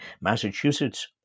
Massachusetts